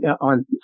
on